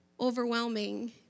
overwhelming